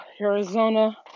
Arizona